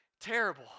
terrible